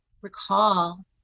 recall